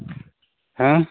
ᱦᱮᱸ